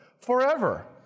forever